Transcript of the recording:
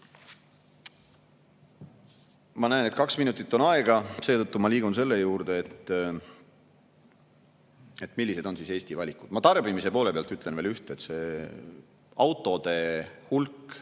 Ma näen, et kaks minutit on aega, seetõttu liigun selle juurde, millised on Eesti valikud. Ma tarbimise poole pealt ütlen veel üht. Autode